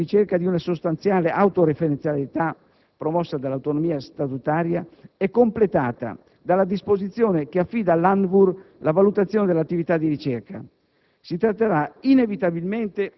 La configurazione per gli enti di ricerca di una sostanziale autoreferenzialità, promossa dall'autonomia statutaria, è completata dalla disposizione che affida all'ANVUR la valutazione dell'attività di ricerca.